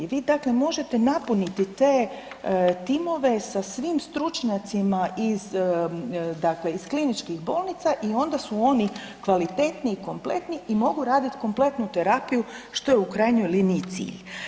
Vi dakle možete napuniti te timove sa svim stručnjacima iz, dakle iz kliničkih bolnica i onda su oni kvalitetni, kompletni i mogu raditi kompletnu terapiju što je u krajnjoj liniji i cilj.